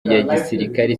y’igisirikare